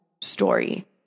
story